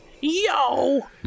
Yo